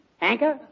Anchor